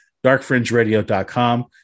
darkfringeradio.com